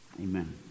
amen